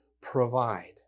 provide